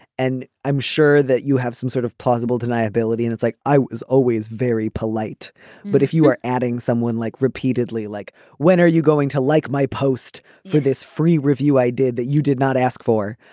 and i'm sure that you have some sort of plausible deniability and it's like i was always very polite but if you are adding someone like repeatedly like when are you going to like my post for this free review i did that you did not ask for.